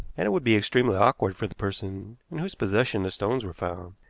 and it would be extremely awkward for the person in whose possession the stones were found.